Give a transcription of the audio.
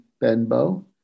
Benbow